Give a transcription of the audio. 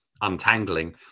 untangling